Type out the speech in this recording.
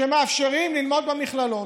שמאפשרים ללמוד במכללות.